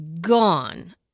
gone